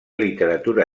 literatura